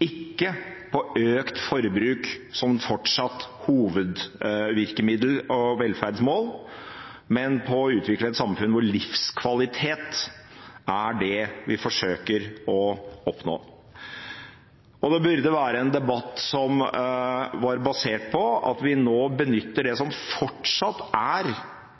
på økt forbruk som det fortsatte hovedvirkemiddelet og -velferdsmålet, men på å utvikle et samfunn hvor livskvalitet er det vi forsøker å oppnå. Det burde være en debatt som er basert på at vi nå benytter det som fortsatt også i dag er